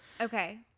okay